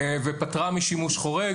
ופטרה משימוש חורג.